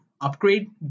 upgrade